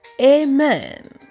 Amen